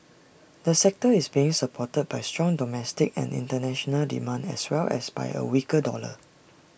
the sector is being supported by strong domestic and International demand as well as by A weaker dollar